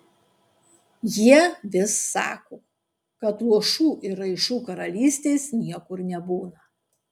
jie vis sako kad luošų ir raišų karalystės niekur nebūna